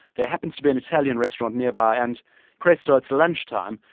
there happens to be an italian restaurant nearby, and presto, it's lunchtime,